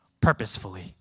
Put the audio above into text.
purposefully